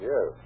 Yes